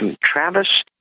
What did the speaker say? Travis